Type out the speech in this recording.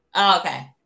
Okay